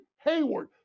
Hayward